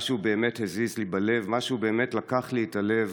משהו באמת הזיז לי בלב, משהו באמת לקח לי את הלב,